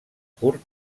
curt